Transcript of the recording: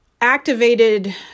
activated